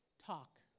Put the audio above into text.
Talk